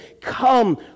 Come